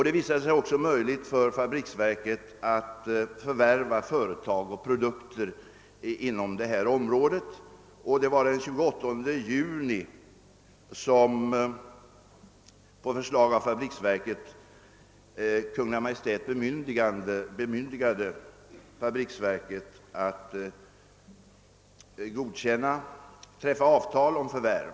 Det vi :sade sig också möjligt för fabriksverket att förvärva företag och produkter inom «detta område. Den 28 juni bemyndigade Kungl. Maj:t fabriksverket att träffa avtal om förvärv.